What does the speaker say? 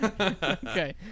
Okay